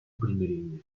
примирения